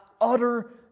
utter